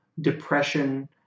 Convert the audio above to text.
depression